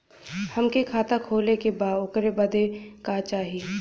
हमके खाता खोले के बा ओकरे बादे का चाही?